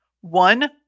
One